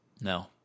no